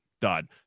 done